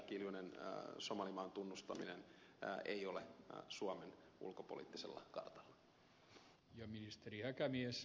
kiljunen somalimaan tunnustaminen ei ole suomen ulkopoliittisella kartalla